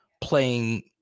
playing